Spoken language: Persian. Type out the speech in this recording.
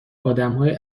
آدمهای